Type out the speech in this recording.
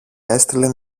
έστειλε